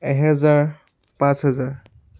এহাজাৰ পাঁচ হেজাৰ